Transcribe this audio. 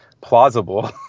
plausible